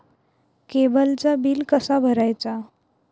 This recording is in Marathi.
केबलचा बिल कसा भरायचा?